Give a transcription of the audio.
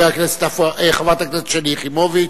חברת הכנסת שלי יחימוביץ,